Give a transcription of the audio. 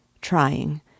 Trying